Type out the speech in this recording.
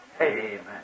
Amen